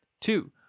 Two